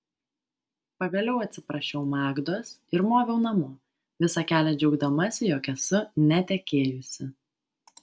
pagaliau atsiprašiau magdos ir moviau namo visą kelią džiaugdamasi jog esu netekėjusi